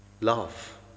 love